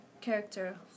character